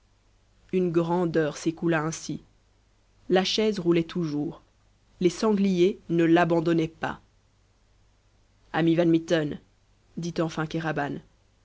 une grande heure s'écoula ainsi la chaise roulait toujours les sangliers ne l'abandonnaient pas ami van mitten dit enfin kéraban